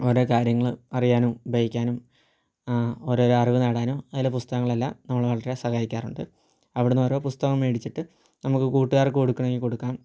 ഓരോ കാര്യങ്ങൾ അറിയാനും ഉപയോഗിക്കാനും ഒരൊരോ അറിവ് നേടാനും അതിലെ പുസ്തകങ്ങളെല്ലാം നമ്മളെ വളരെ സഹായിക്കാറുണ്ട് അവിടുന്ന് ഓരോ പുസ്തകം മേടിച്ചിട്ട് നമുക്ക് കൂട്ടുകാർക്ക് കൊടുക്കണമെങ്കിൽ കൊടുക്കാം